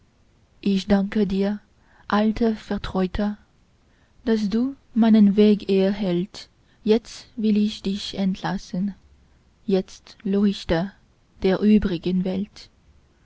ich danke dir alter vertrauter daß du meinen weg erhellt jetzt will ich dich entlassen jetzt leuchte der übrigen welt